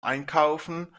einkaufen